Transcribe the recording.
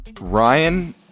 Ryan